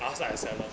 ah start as seller